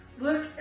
look